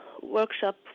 workshop